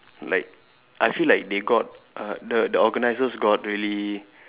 like I feel like they got err the the organisers got really